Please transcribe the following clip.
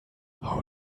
how